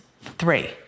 three